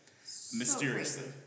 mysteriously